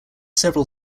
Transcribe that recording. several